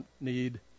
need